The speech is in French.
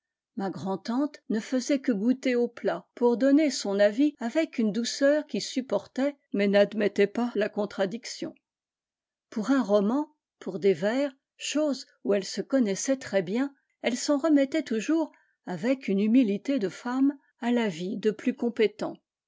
ma grand'tante ne faisait que goûter aux plats pour donner son avis avec une douceur qui supportait mais n'admettait pas la contradiction pour un roman pour des vers choses où elle se connaissait très bien elle s'en remettait toujours avec une humilité de femme à l'avis de plus compétents